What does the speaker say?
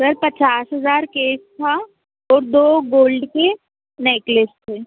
sir पचास हज़ार cash था और दो गोल्ड के नेकलेस थे